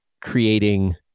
creating